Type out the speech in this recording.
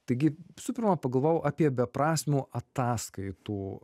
taigi visų pirma pagalvojau apie beprasmių ataskaitų